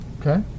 Okay